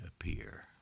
appear